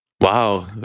Wow